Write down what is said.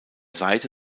seite